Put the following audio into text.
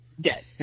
dead